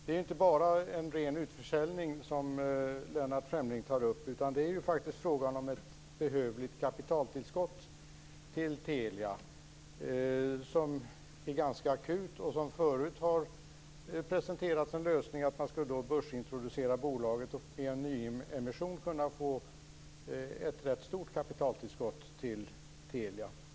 Det är inte bara en ren utförsäljning som Lennart Fremling tar upp, utan det är faktiskt fråga om ett behövligt kapitaltillskott till Telia som är ganska akut. Förut har det presenterats en lösning med att man skulle börsintroducera företaget och med en nyemission kunna få ett rätt stort kapitaltillskott till Telia.